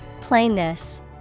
Plainness